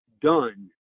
done